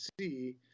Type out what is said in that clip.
see